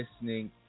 listening